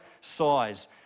size